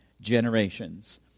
generations